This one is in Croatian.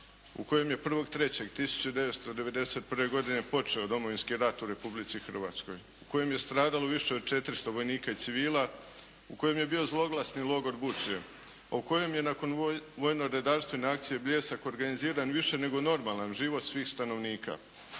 u kojem 1.3.1991. godine počeo Domovinski rat u Republici Hrvatskoj, u kojem je stradalo više od 400 vojnika i civila, u kojem je bio zloglasni logor "Buče" o kojem je nakon vojno-redarstvene akcije "Bljesak" organiziran više nego normalan život svih stanovnika.